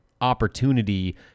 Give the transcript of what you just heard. opportunity